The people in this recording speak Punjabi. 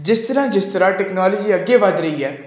ਜਿਸ ਤਰ੍ਹਾਂ ਜਿਸ ਤਰ੍ਹਾਂ ਟੈਕਨੋਲੋਜੀ ਅੱਗੇ ਵੱਧ ਰਹੀ ਹੈ